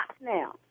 now